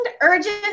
urgent